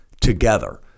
together